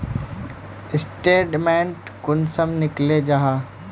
Statement कुंसम निकले जाहा?